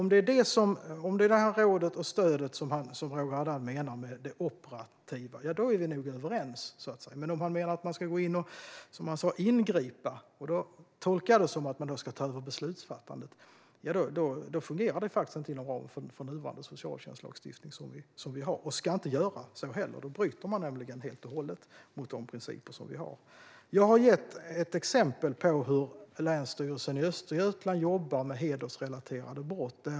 Om det är råd och stöd som Roger Haddad menar med det operativa är vi nog överens. Men om han menar att man ska gå in och ingripa, som han sa, tolkar jag det som att man ska ta över beslutsfattandet. Det fungerar faktiskt inte inom ramen för nuvarande socialtjänstlagstiftning. Då bryter man helt mot de principer som vi har. Jag har gett ett exempel på hur Länsstyrelsen i Östergötlands län jobbar med hedersrelaterade brott.